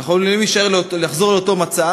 אנחנו עלולים לחזור לאותו מצב,